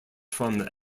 from